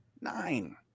Nine